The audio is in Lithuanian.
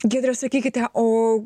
giedre sakykite o